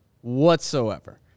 whatsoever